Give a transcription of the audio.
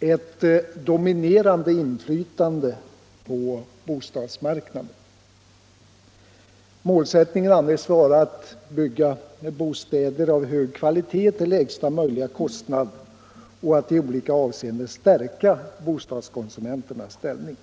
ett dominerande inflytande på bostadsmarknaden. Målsättningen anges vara att bygga bostäder av hög kvalitet till lägsta möjliga kostnad och att i olika avseenden stärka bostadskonsumenternas ställning.